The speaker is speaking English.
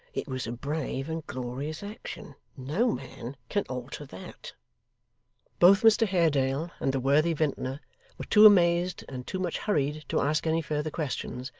it was a brave and glorious action no man can alter that both mr haredale and the worthy vintner were too amazed and too much hurried to ask any further questions,